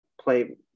play